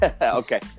okay